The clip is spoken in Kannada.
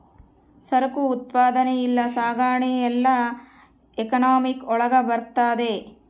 ಸರಕು ಉತ್ಪಾದನೆ ಇಲ್ಲ ಸಾಗಣೆ ಎಲ್ಲ ಎಕನಾಮಿಕ್ ಒಳಗ ಬರ್ತದೆ